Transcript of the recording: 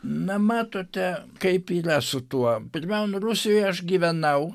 na matote kaip yra su tuo pirmiau nu rusijoje aš gyvenau